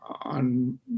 on